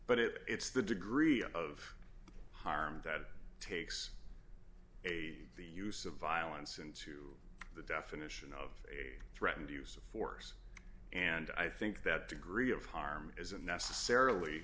but it it's the degree of harm that takes a the use of violence into the definition of a threatened use of force and i think that degree of harm isn't necessarily